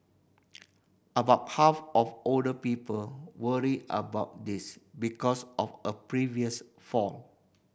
about half of older people worry about this because of a previous fall